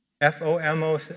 F-O-M-O